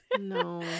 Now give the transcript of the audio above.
No